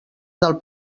del